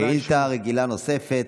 שאילתה רגילה נוספת,